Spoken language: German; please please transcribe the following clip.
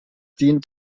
dient